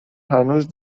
هنوز